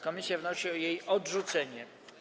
Komisja wnosi o jej odrzucenie.